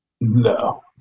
no